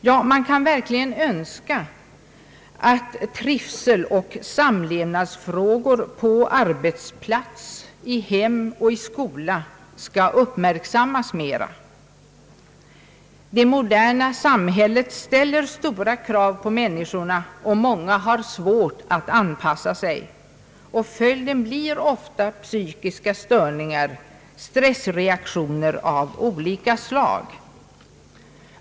Ja, man kan verkligen önska att trivseloch samlevnadsfrågor på arbetsplats, i hem och i skola skall uppmärksammas mer. Det moderna samhället ställer stora krav på människorna, och många har svårt att anpassa sig. Följden blir ofta psykiska störningar och stressreaktioner av olika slag.